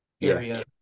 area